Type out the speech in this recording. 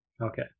okay